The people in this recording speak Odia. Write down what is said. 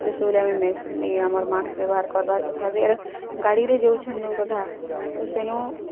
ହେଲେ ସବୁବେଲେ ଆମେ ମେ ଏ ଆମର୍ ମାସ୍କ୍ ବ୍ୟବହାର କରବାର୍ କଥା ବି ଆର୍ ଗାଡ଼ିରେ ଯାଉଛନ୍ ନଉ କଥା ତ ସେନୁ